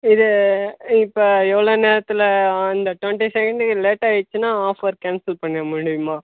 இது இப்போ எவ்வளோ நேரத்தில் அந்த டுவெண்ட்டி செகண்டு லேட்டாயிடுச்சுன்னா ஆஃபர் கேன்சல் பண்ண முடியுமா